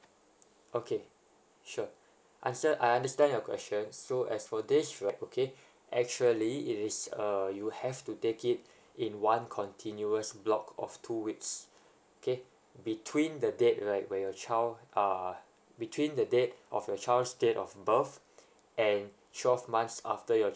okay sure answer I understand your question so as for this right okay actually it is err you have to take it in one continuous block of two weeks okay between the date right where your child uh between the date of your child's date of birth and twelve months after your